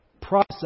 process